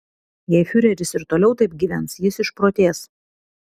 jei fiureris ir toliau taip gyvens jis išprotės